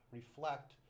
reflect